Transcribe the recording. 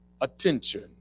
attention